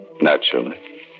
Naturally